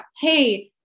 Hey